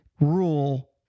rule